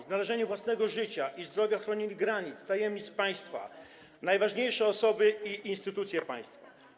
Z narażeniem własnego życia i zdrowia chronili granice, tajemnice państwa, najważniejsze osoby i instytucje państwa.